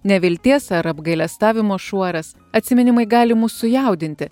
nevilties ar apgailestavimo šuoras atsiminimai gali mus sujaudinti